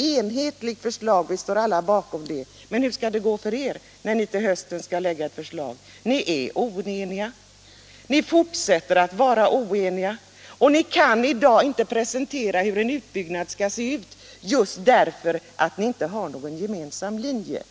enhälligt förslag, vi står alla bakom det. Men hur skall det gå för er när ni till hösten skall lägga fram ert förslag? Ni är oeniga, ni fortsätter att vara oeniga och ni kan i dag inte presentera hur en utbyggnad skall se ut, just därför att ni inte har någon gemensam linje.